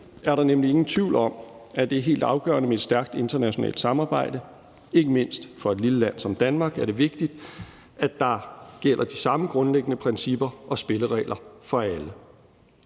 er der nemlig ingen tvivl om, at det er helt afgørende med et stærkt internationalt samarbejde. Ikke mindst for et lille land som Danmark er det vigtigt, at der gælder de samme grundlæggende principper og spilleregler for alle.